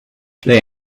they